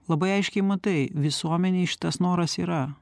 labai aiškiai matai visuomenei šitas noras yra